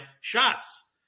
shots